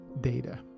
data